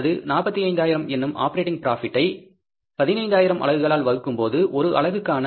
இது 45000 என்னும் ஆப்பரேட்டிங் ப்ராபிட்டை 15000 அலகுகளால் வகுக்கும்போது ஒரு அலகுக்கான